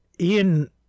Ian